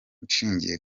nshingiye